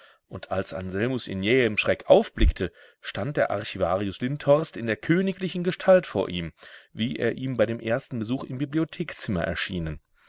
und als anselmus in jähem schreck aufblickte stand der archivarius lindhorst in der königlichen gestalt vor ihm wie er ihm bei dem ersten besuch im bibliothekzimmer erschienen